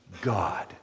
God